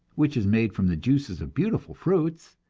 which is made from the juices of beautiful fruits,